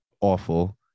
awful